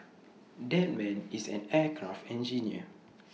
that man is an aircraft engineer